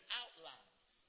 outlines